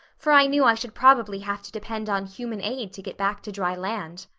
for i knew i should probably have to depend on human aid to get back to dry land.